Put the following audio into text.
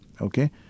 Okay